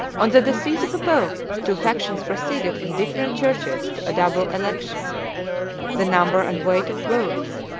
on the decease of a pope, two factions proceeded in different churches to a double election the number and weight of votes,